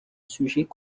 sujet